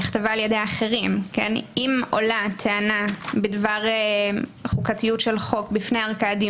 אז אם הוא חושב שהטענה איננה נדרשת לטובת ההכרעה,